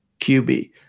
QB